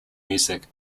music